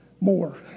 more